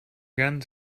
guns